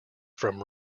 from